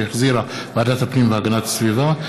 שהחזירה ועדת הפנים והגנת הסביבה.